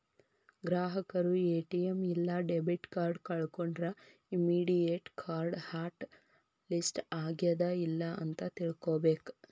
ಗ್ರಾಹಕರು ಎ.ಟಿ.ಎಂ ಇಲ್ಲಾ debit card ಕಳ್ಕೊಂಡ್ರ ಇಮ್ಮಿಡಿಯೇಟ್ ಕಾರ್ಡ್ ಹಾಟ್ ಲಿಸ್ಟ್ ಆಗ್ಯಾದ ಇಲ್ಲ ಅಂತ ತಿಳ್ಕೊಬೇಕ್